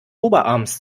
oberarms